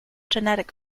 genetic